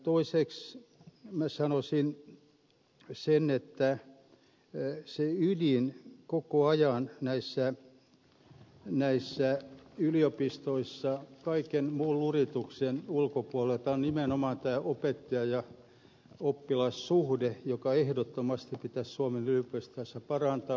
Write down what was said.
toiseksi sanoisin sen että se ydin koko ajan näissä yliopistoissa kaiken muun lurituksen ulkopuolella on nimenomaan tämä opettajaoppilas suhdeluku jota ehdottomasti pitäisi suomen yliopistoissa parantaa